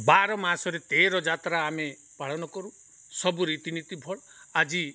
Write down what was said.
ବାର ମାସରେ ତେର ଯାତ୍ରା ଆମେ ପାଳନ କରୁ ସବୁ ରୀତିନୀତି ଭଲ୍ ଆଜି